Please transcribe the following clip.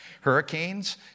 Hurricanes